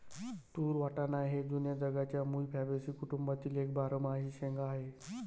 तूर वाटाणा हे जुन्या जगाच्या मूळ फॅबॅसी कुटुंबातील एक बारमाही शेंगा आहे